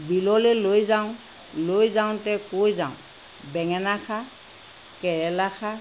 বিললৈ লৈ যাওঁ লৈ যাওঁতে কৈ যাওঁ বেঙেনা খা কেৰেলা খা